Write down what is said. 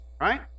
right